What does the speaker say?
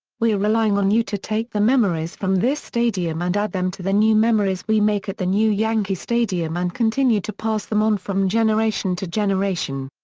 we're relying on you to take the memories from this stadium and add them to the new memories we make at the new yankee stadium and continue to pass them on from generation to generation.